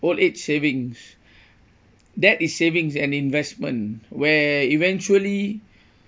old age savings that is savings and investment where eventually